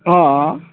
অঁ অঁ